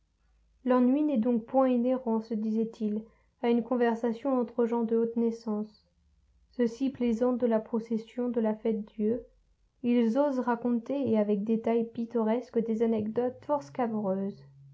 l'ennui n'est donc point inhérent se disait-il à une conversation entre gens de haute naissance ceux-ci plaisantent de la procession de la fête-dieu ils osent raconter et avec détails pittoresques des anecdotes fort